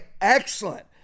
Excellent